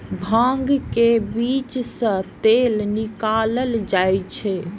भांग के बीज सं तेल निकालल जाइ छै